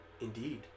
Indeed